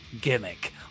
gimmick